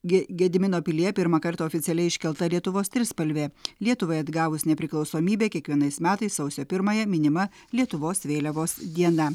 ge gedimino pilyje pirmąkart oficialiai iškelta lietuvos trispalvė lietuvai atgavus nepriklausomybę kiekvienais metais sausio pirmąją minima lietuvos vėliavos diena